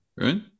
right